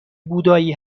بودایی